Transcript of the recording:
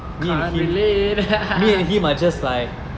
can't relate